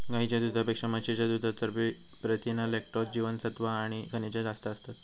गाईच्या दुधापेक्षा म्हशीच्या दुधात चरबी, प्रथीना, लॅक्टोज, जीवनसत्त्वा आणि खनिजा जास्त असतत